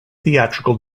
theatrical